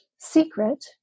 secret